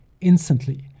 instantly